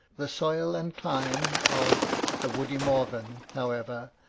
the soil and clime of the woody morven however,